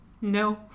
No